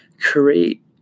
create